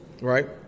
right